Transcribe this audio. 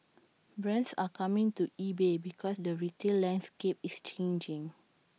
brands are coming to E bay because the retail landscape is changing